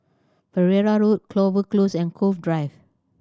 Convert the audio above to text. Pereira Road Clover Close and Cove Drive